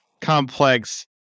complex